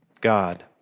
God